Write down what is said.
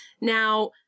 Now